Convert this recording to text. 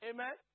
Amen